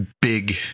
big